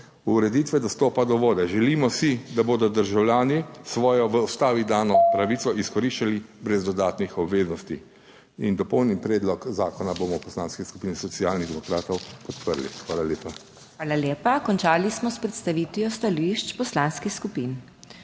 ureditve dostopa do vode. Želimo si, da bodo državljani svojo v Ustavi dano pravico izkoriščali brez dodatnih obveznosti. Dopolnjen predlog zakona bomo v Poslanski skupini Socialnih demokratov podprli. Hvala lepa. PODPREDSEDNICA MAG. MEIRA HOT: Hvala lepa. Končali smo s predstavitvijo stališč poslanskih skupin.